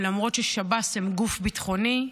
ולמרות ששב"ס הם גוף ביטחוני,